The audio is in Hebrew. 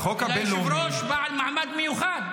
ליושב-ראש בעל מעמד מיוחד,